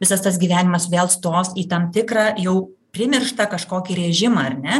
visas tas gyvenimas vėl stos į tam tikrą jau primirštą kažkokį režimą ar ne